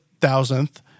thousandth